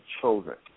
children